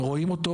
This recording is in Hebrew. רואים אותו,